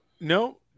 No